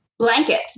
Blankets